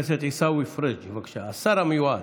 חבר הכנסת עיסאווי פריג', בבקשה, השר המיועד.